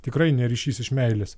tikrai ne ryšys iš meilės